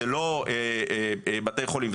זה לא בתי חולים,